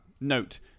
Note